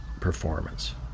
performance